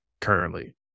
currently